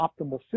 optimal